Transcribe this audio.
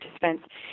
participants